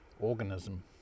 organism